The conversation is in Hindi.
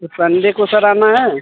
तो संडे को सर आना है